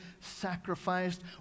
sacrificed